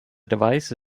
device